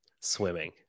swimming